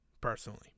personally